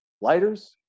lighters